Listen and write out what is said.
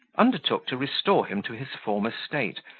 undertook to restore him to his former state,